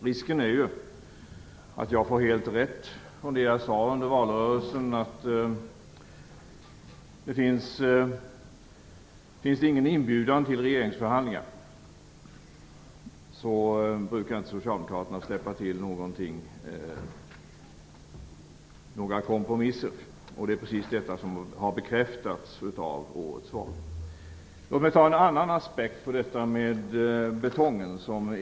Risken är ju att jag får helt rätt angående det jag sade under valrörelsen, dvs. om det inte finns någon inbjudan till regeringsförhandlingar brukar inte Socialdemokraterna släppa till några kompromisser. Det är det som har bekräftats av årets val. Låt mig ta fram en annan aspekt beträffande betongpolitiken.